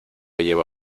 lleva